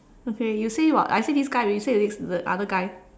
okay you say what I say this guy already you say the next the other guy